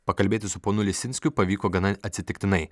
pakalbėti su ponu lisinskiu pavyko gana atsitiktinai